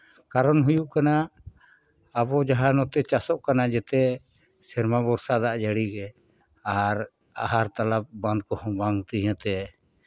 ᱠᱟᱨᱚᱱ ᱦᱩᱭᱩᱜ ᱠᱟᱱᱟ ᱟᱵᱚ ᱡᱟᱦᱟᱸ ᱱᱚᱛᱮ ᱪᱟᱥᱚᱜ ᱠᱟᱱᱟ ᱡᱮᱛᱮ ᱥᱮᱨᱢᱟ ᱵᱷᱚᱨᱥᱟ ᱫᱟᱜ ᱡᱟᱹᱲᱤ ᱜᱮ ᱟᱨ ᱟᱦᱟᱨ ᱛᱟᱞᱟ ᱵᱟᱸᱫᱷ ᱠᱚᱦᱚᱸ ᱵᱟᱝ ᱛᱤᱭᱟᱹ ᱛᱮ